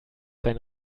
sein